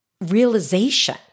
realization